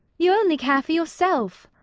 you only care for yourself.